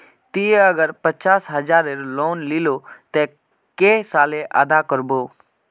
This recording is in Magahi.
ती अगर पचास हजारेर लोन लिलो ते कै साले अदा कर बो?